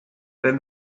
then